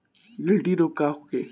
गिल्टी रोग का होखे?